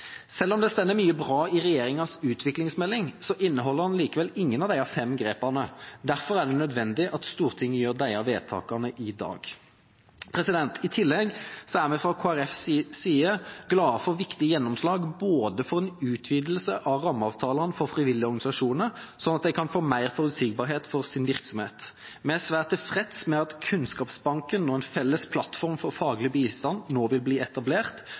Selv om det står mye bra i regjeringas utviklingsmelding, inneholder den likevel ingen av disse fem grepene. Derfor er det nødvendig at Stortinget gjør disse vedtakene i dag. I tillegg er vi fra Kristelig Folkepartis side glad for viktige gjennomslag for en utvidelse av perioden for rammeavtalene for frivillige organisasjoner, slik at de kan få mer forutsigbarhet for sin virksomhet. Vi er svært tilfreds med at Kunnskapsbanken, en felles plattform for faglig bistand, nå vil bli etablert,